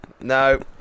no